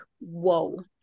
whoa